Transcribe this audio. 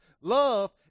love